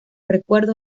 recuerdo